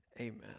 amen